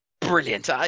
brilliant